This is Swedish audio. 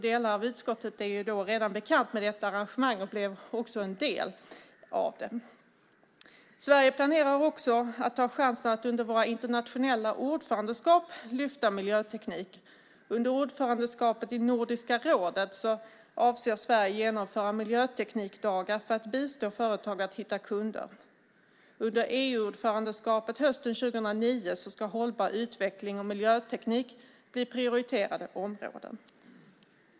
Delar av utskottet är därför redan bekant med detta arrangemang och blev också en del av det. Sverige planerar också att ta chansen att under våra internationella ordförandeskap lyfta fram miljöteknik. Under ordförandeskapet i Nordiska rådet avser Sverige att genomföra miljöteknikdagar för att bistå företag att hitta kunder. Under EU-ordförandeskapet hösten 2009 ska hållbar utveckling och miljöteknik bli prioriterade områden.